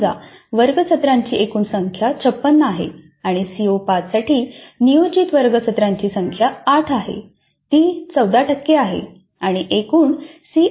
समजा वर्ग सत्रांची एकूण संख्या 56 आहे आणि सीओ 5 साठी नियोजित वर्ग सत्रांची संख्या 8 आहे ती 14 टक्के आहे आणि एकूण सीआयई गुण 50 आहेत